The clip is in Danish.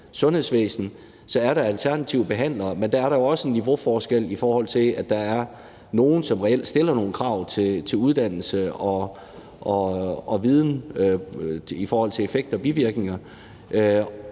sundhedsvæsen, så er der alternative behandlere, men der er der jo også en niveauforskel, i forhold til at der er nogle, som reelt stiller nogle krav til uddannelse og viden i forhold til effekt og bivirkninger,